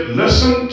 listen